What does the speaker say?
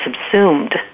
subsumed